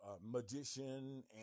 magician